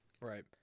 right